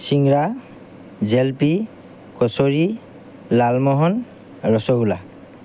চিঙৰা জেলেপী কছৰী লালমোহন ৰসগোল্লা